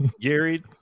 gary